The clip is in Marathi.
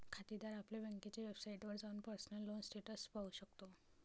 खातेदार आपल्या बँकेच्या वेबसाइटवर जाऊन पर्सनल लोन स्टेटस पाहू शकतो